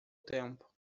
tempo